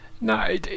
No